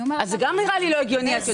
גם זה נראה לי לא הגיוני.